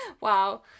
Wow